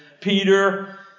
Peter